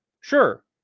Sure